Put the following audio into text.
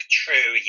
true